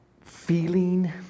feeling